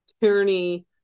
tyranny